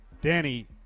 Danny